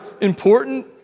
important